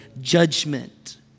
judgment